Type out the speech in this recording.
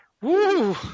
Woo